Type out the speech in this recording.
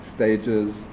stages